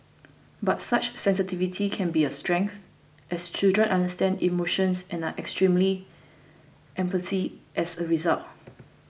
but such sensitivity can be a strength as children understand emotions and are extremely empathy as a result